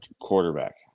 quarterback